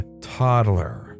toddler